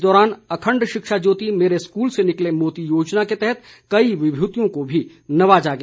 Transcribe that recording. इस दौरान अखण्ड शिक्षा ज्योति मेरे स्कूल से निकले मोती योजना के तहत कई विभूतियों को भी नवाजा गया